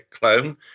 clone